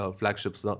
flagships